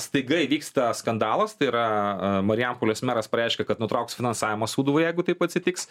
staiga įvyksta skandalas tai yra marijampolės meras pareiškia kad nutrauks finansavimą sūduvai jeigu taip atsitiks